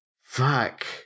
Fuck